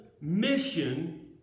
mission